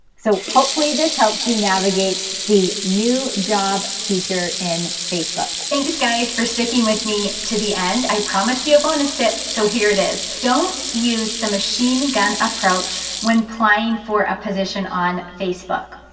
so hopefully this helps you navigate the new jobs feature in facebook. thanks guys for sticking with me to the end. i promised you a bonus tip so here it is. don't use the machine gun approach when applying for a position on facebook.